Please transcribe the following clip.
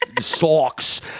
socks